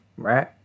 right